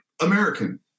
american